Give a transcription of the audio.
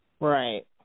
Right